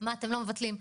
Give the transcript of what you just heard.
מה אתם לא מבטלים.